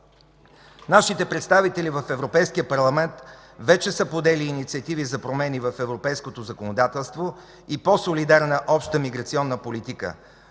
Нашите представители в Европейския парламент вече са подели инициативи за промени в европейското законодателство и по-солидарна обща миграционна политика.